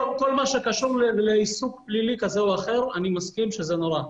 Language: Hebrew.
כל מה שקשור לעיסוק פלילי כזה או אחר אני מסכים שזה נורא,